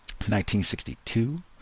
1962